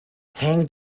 hanged